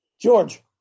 George